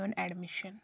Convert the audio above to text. میون اؠڈمشن